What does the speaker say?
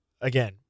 again